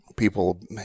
People